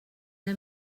del